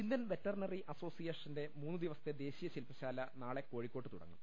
Indian veterinary അസോസിയേഷന്റെ മൂന്നു ദിവസത്തെ ദേശീയ ശില്പശാല നാളെ കോഴിക്കോട്ട് തുടങ്ങും